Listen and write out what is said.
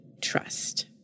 trust